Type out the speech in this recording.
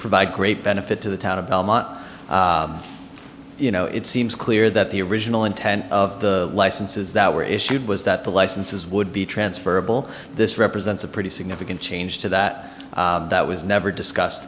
provide great benefit to the town of belmont you know it seems clear that the original intent of the licenses that were issued was that the licenses would be transferable this represents a pretty signal you can change to that that was never discussed